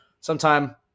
sometime